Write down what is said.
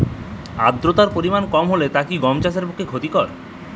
আর্দতার পরিমাণ কম হলে তা কি গম চাষের পক্ষে ক্ষতিকর?